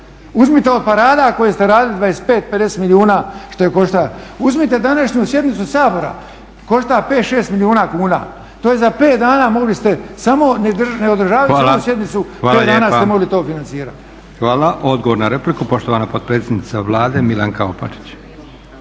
Uzmite od parada koje ste radili 25, 50 milijuna što je koštalo. Uzmite današnju sjednicu Sabora, košta 5, 6 milijuna kuna. To je za 5 dana mogli ste samo ne održavati ovu sjednicu 5 dana ste mogli to financirati. **Leko, Josip (SDP)** Hvala lijepa. Odgovor na repliku, poštovana potpredsjednica Vlade Milanka Opačić.